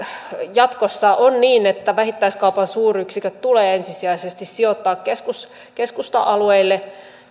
jatkossa on niin että vähittäiskaupan suuryksiköt tulee ensisijaisesti sijoittaa keskusta alueille